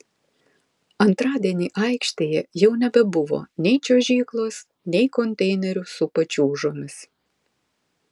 antradienį aikštėje jau nebebuvo nei čiuožyklos nei konteinerių su pačiūžomis